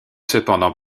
cependant